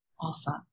Awesome